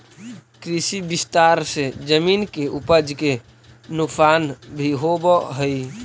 कृषि विस्तार से जमीन के उपज के नुकसान भी होवऽ हई